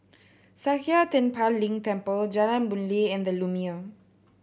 Sakya Tenphel Ling Temple Jalan Boon Lay and The Lumiere